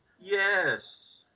yes